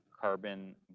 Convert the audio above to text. carbon